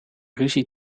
ruzie